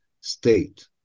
state